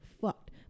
fucked